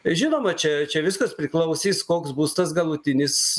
žinoma čia čia viskas priklausys koks bus tas galutinis